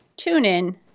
TuneIn